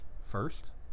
first